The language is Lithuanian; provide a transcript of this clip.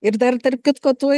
ir dar tarp kitko tuoj